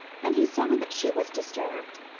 and he saw that she was disturbed,